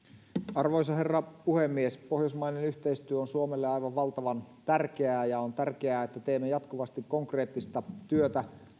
arvoisa herra puhemies pohjoismainen yhteistyö on suomelle aivan valtavan tärkeää ja on tärkeää että teemme jatkuvasti konkreettista työtä